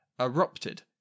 erupted